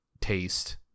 taste